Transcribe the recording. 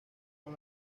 con